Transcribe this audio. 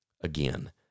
again